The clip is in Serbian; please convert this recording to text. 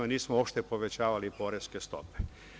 Nismo uopšte povećavali poreske stope.